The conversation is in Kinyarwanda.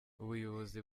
ubuyobozi